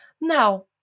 now